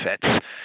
benefits